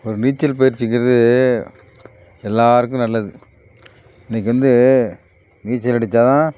ஒரு நீச்சல் பயிற்சிங்கிறது எல்லோருக்கும் நல்லது இன்னைக்கு வந்து நீச்சல் அடித்தா தான்